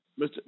Mr